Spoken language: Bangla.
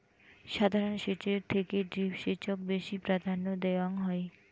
সাধারণ সেচের থেকে ড্রিপ সেচক বেশি প্রাধান্য দেওয়াং হই